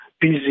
busy